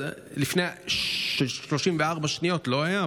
לפני 34 שניות לא היה,